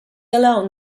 alone